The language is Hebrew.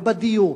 ובדיור,